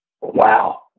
wow